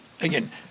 again